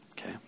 Okay